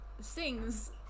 sings